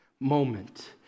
moment